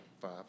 five